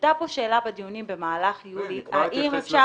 עלתה פה שאלה בדיונים במהלך יולי האם אפשר --- כן,